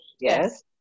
Yes